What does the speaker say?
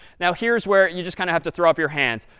now, here's where you just kind of have to throw up your hands.